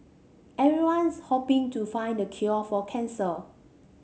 everyone's hoping to find the cure for cancer